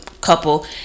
couple